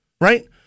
right